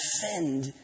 defend